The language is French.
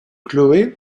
chloé